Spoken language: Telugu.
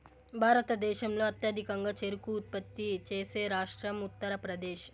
భారతదేశంలో అత్యధికంగా చెరకు ఉత్పత్తి చేసే రాష్ట్రం ఉత్తరప్రదేశ్